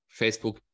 Facebook